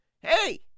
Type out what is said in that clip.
hey